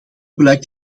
blijkt